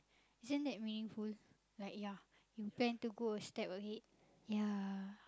isn't that meaningful like ya you plan to go a step ahead ya